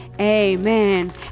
Amen